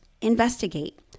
investigate